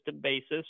basis